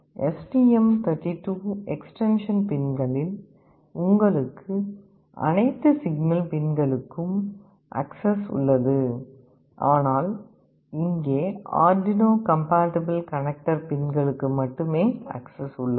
STM thirty two extension பின்களில் உங்களுக்கு அனைத்து சிக்னல் பின்களுக்கும் அக்சஸ் உள்ளது ஆனால் இங்கே அர்டுயினோ கம்பாடிபிள் கனெக்டர் பின்களுக்கு மட்டுமே அக்சஸ் உள்ளது